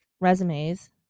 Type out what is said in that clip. resumes